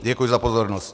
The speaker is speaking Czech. Děkuji za pozornost.